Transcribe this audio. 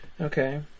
Okay